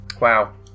Wow